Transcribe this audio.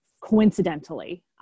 coincidentally